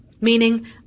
Meaning